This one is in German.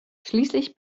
schließlich